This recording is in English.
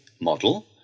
model